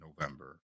November